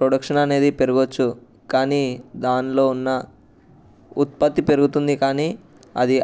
production అనేది పెరగవచ్చు కానీ దానిలో ఉన్న ఉత్పత్తి పెరుగుతుంది కానీ అది